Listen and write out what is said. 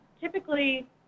Typically